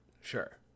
sure